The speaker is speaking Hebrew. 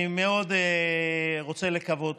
אני מאוד רוצה לקוות